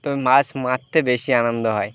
তবে মাছ মারতে বেশি আনন্দ হয়